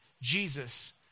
Jesus